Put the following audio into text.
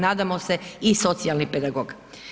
Nadamo se i socijalni pedagog.